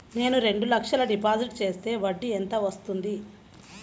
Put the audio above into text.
నేను రెండు లక్షల డిపాజిట్ చేస్తే వడ్డీ ఎంత వస్తుంది?